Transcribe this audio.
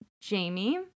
Jamie